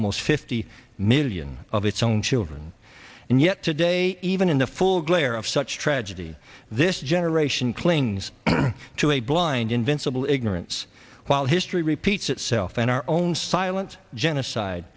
almost fifty million of its own children and yet today even in the full glare of such tragedy this generation clings to a blind invincible ignorance while history repeats itself and our own silent genocide